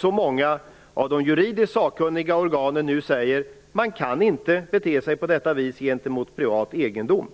så många av de juridiskt sakkunniga organen nu säger att man inte kan bete sig på detta vis gentemot privat egendom.